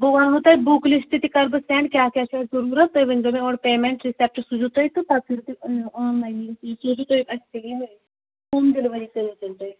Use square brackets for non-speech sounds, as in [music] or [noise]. بہٕ وَنہو تۄہہِ بُک لِسٹ تہِ کَرٕ بہٕ سٮ۪نٛڈ کیٛاہ کیٛاہ چھُ اَسہِ ضُروٗرت تُہۍ ؤنۍزیو مےٚ اورٕ پیٚمٮ۪نٛٹ رِسٮ۪پٹہٕ سوٗزِو تُہۍ تہٕ پتہٕ کٔرِو تُہۍ یہِ آن لاینٕے [unintelligible] ہوم ڈیٚلؤری کٔرِو تیٚلہِ تُہۍ